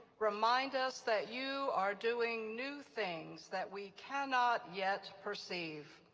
remind us that you are doing new things that we cannot yet perceive.